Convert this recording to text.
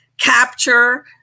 capture